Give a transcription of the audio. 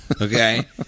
Okay